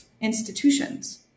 institutions